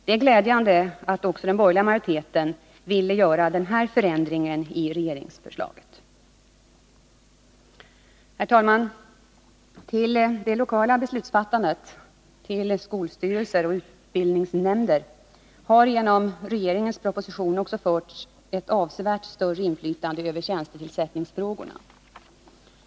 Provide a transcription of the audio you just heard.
Det är glädjande att också den borgerliga majoriteten ville göra den här förändringen i regeringsförslaget. Herr talman! Till det lokala beslutsfattandet — till skolstyrelser och utbildningsnämnder — har genom regeringens proposition också förts ett avsevärt större inflytande över tjänstetillsättningsfrågorna.